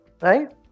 right